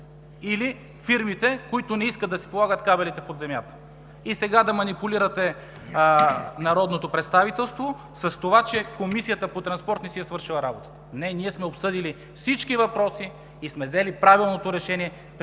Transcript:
или фирмите, които не искат да си полагат кабелите под земята? И сега да манипулирате народното представителство с това, че Комисията по транспорт, информационни технологии и съобщения не си е свършила работата! Не, ние сме обсъдили всички въпроси и сме взели правилното решение, прието